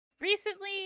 recently